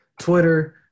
Twitter